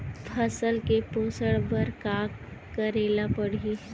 फसल के पोषण बर का करेला पढ़ही?